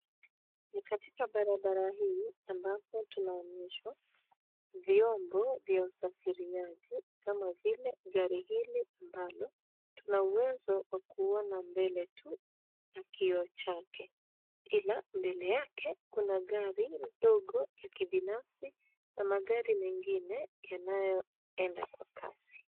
Ni katika barabara hii ambapo tunaonyeshwa vyombo vya usafiriaji kama vile gari hili ambalo tuna uwezo wa kuona mbele tu na kioo chake, ila mbele yake kuna gari dogo la kibinafsi na magari mengine yanayoenda kwa kasi.